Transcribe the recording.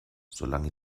solange